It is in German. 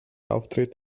auftritt